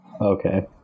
Okay